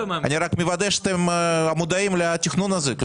רק מוודא שאתם מודעים לתכנון הזה.